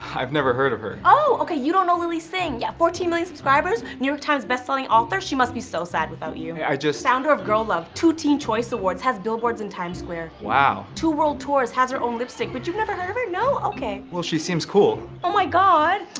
i've never heard of her. oh, okay, you don't know lilly singh. yeah fourteen million subscribers, new york times best selling author? she must be so sad without you. hey, i just founder of girllove, two teen choice awards, has billboards in times square. wow. two world tours, has her own lipstick, but you've never heard of her, no? okay. well she seems cool. oh my god,